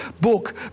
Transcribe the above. book